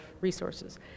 resources